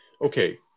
okay